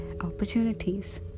opportunities